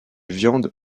viandes